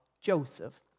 Joseph